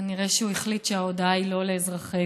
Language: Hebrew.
כנראה שהוא החליט שההודעה היא לא לאזרחי